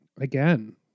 again